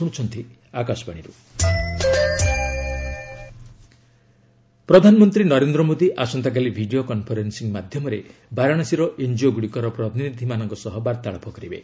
PM NGOs ପ୍ରଧାନମନ୍ତ୍ରୀ ନରେନ୍ଦ୍ର ମୋଦି ଆସନ୍ତାକାଲି video conferencing ମାଧ୍ୟମରେ ବାରାଶାସୀର ଏନ୍ଜିଓଗୁଡ଼ିକର ପ୍ରତିନିଧିମାନଙ୍କ ସହ ବାର୍ତ୍ତାଳାପ କରିବେ